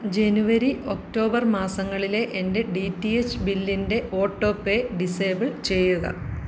ജനുവരി October മാസങ്ങളിലെ എൻ്റെ D T H ബില്ലിൻ്റെ ഓട്ടോ പേ ഡിസബിൾ ചെയ്യുക